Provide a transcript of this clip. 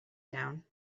down